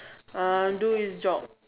uh do his job